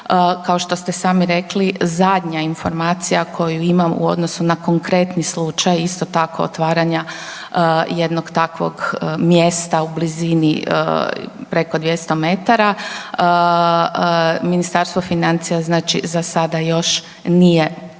Kao što ste sami rekli zadnja informacija koju imam u odnosu na konkretni slučaj isto tako otvaranja jednog takvog mjesta u blizini preko 200 metara, Ministarstvo financija znači za sada još nije uključilo,